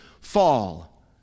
fall